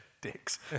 Dicks